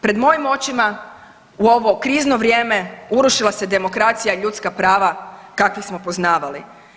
Pred mojim očima u ovo krizno vrijeme, urušila se demokracija i ljudska prava kakve smo poznavali.